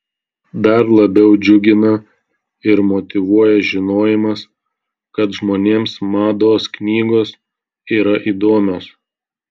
dar labiau džiugina ir motyvuoja žinojimas kad žmonėms mados knygos yra įdomios